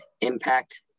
impact